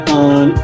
on